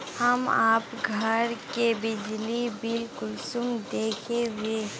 हम आप घर के बिजली बिल कुंसम देखे हुई?